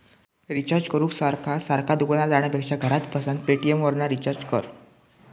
recharge करूक सारखा सारखा दुकानार जाण्यापेक्षा घरात बसान पेटीएमवरना रिचार्ज कर